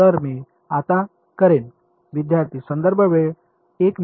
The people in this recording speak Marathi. तर मी आता करेन